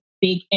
big